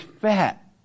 fat